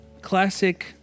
classic